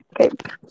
Okay